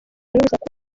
n’urusaku